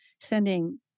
sending